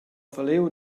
falliu